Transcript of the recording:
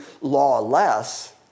lawless